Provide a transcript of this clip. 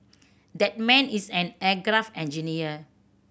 that man is an aircraft engineer